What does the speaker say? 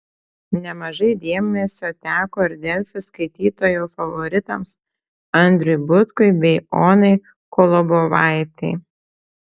nemažai dėmesio teko ir delfi skaitytojų favoritams andriui butkui bei onai kolobovaitei